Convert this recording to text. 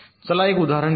चला एक उदाहरण घेऊ